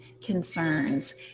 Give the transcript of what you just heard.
concerns